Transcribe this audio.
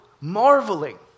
marveling